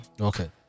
Okay